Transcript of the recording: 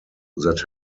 that